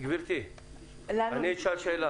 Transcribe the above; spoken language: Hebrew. שלוש חברות.